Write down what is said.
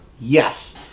Yes